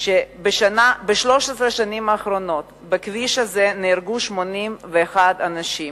שב-13 השנים האחרונות נהרגו על הכביש הזה 81 אנשים,